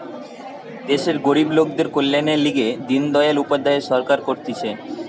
দেশের গরিব লোকদের কল্যাণের লিগে দিন দয়াল উপাধ্যায় সরকার করতিছে